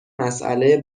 مسئله